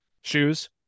shoes